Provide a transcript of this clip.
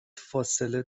فاصله